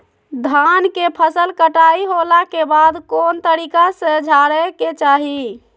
धान के फसल कटाई होला के बाद कौन तरीका से झारे के चाहि?